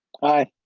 aye,